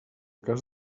cas